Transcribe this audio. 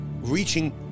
reaching